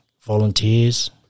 volunteers